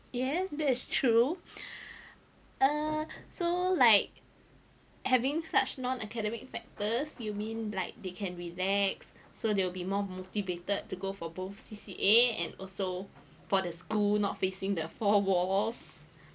yes that's true uh so like having such non academic factors you mean like they can relax so they'll will be more motivated to go for both C_C_A and also for the school not facing the four walls